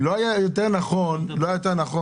האם לא נכון היה להגיד